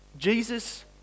Jesus